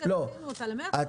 כרגע דחינו אותה למרץ.